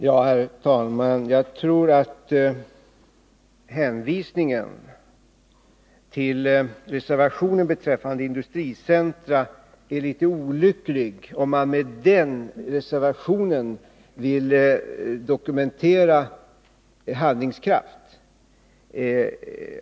Herr talman! Jag tror att hänvisningen till reservationen beträffande industricentra är litet olycklig, om man från socialdemokraternas sida med den reservationen vill dokumentera handlingskraft.